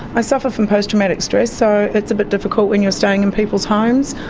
i suffer from post traumatic stress so it's a bit difficult when you are staying in people's homes.